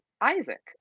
Isaac